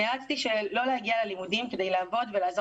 נאלצתי שלא להגיע ללימודים כדי לעבוד ולעזור